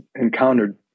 encountered